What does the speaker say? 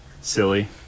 silly